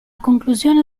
conclusione